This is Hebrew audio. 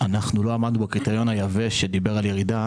לא עמדנו בקריטריון היבש שדיבר על ירידה,